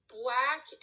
black